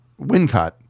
Wincott